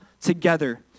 together